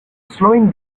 slowing